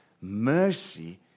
Mercy